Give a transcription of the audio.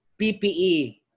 PPE